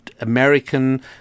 American